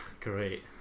Great